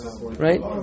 right